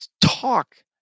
talk